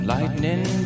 lightning